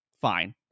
fine